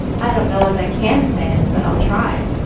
i don't know as i can say it, but i'll try.